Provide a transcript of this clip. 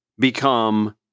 become